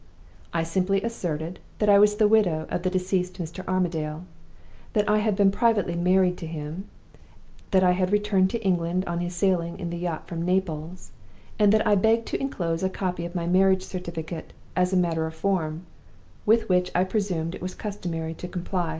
i simply asserted that i was the widow of the deceased mr. armadale that i had been privately married to him that i had returned to england on his sailing in the yacht from naples and that i begged to inclose a copy of my marriage certificate, as a matter of form with which i presumed it was customary to comply.